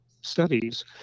studies